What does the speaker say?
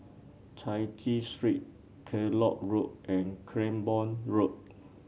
Chai Chee Street Kellock Road and Cranborne Road